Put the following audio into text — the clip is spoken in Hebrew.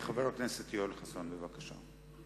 חבר הכנסת יואל חסון, בבקשה.